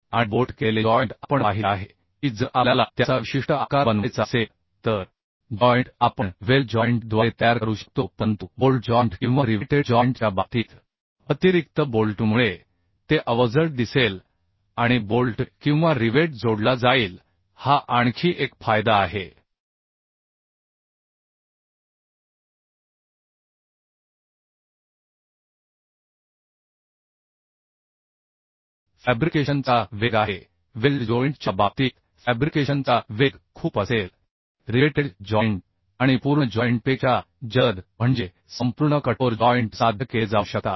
आणि बोल्ट केलेले जॉइंट आपण पाहिले आहे की जर आपल्याला त्याचा विशिष्ट आकार बनवायचा असेल तर जॉइंट आपण वेल्ड जॉइंट द्वारे तयार करू शकतो परंतु बोल्ट जॉइंट किंवा रिवेटेड जॉइंट च्या बाबतीत अतिरिक्त बोल्टमुळे ते अवजड दिसेल आणि बोल्ट किंवा रिवेट जोडला जाईल हा आणखी एक फायदा आहे फॅब्रिकेशनचा वेग आहे वेल्ड जोइंट च्या बाबतीत फॅब्रिकेशनचा वेग खूप असेल रिवेटेड जॉईंट आणि पूर्ण जॉइंट पेक्षा जलद म्हणजे संपूर्ण कठोर जॉइंट साध्य केले जाऊ शकतात